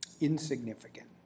insignificant